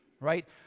right